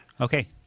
Okay